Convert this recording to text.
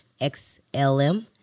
XLM